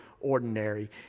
ordinary